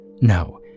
No